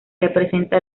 representa